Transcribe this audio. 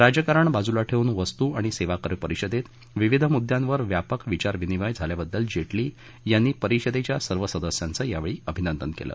राजकारण बाजूला ठेवून वस्तू आणि सेवा कर परिषदेत विविध मुद्द्यांवर व्यापक विचारविनिमय झाल्याबद्दल जेटली यांनी परिषदेच्या सर्व सदस्यांचं यावेळी अभिनंदन केलं